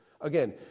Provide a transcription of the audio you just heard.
Again